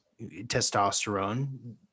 testosterone